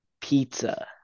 pizza